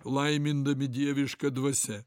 laimindami dieviška dvasia